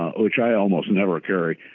ah which i almost never carry,